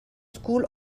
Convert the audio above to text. school